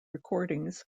recordings